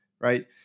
right